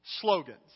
slogans